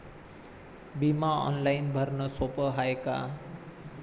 बिमा ऑनलाईन भरनं सोप हाय का?